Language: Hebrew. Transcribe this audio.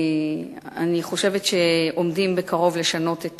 אני חושבת שעומדים בקרוב לשנות את